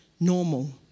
normal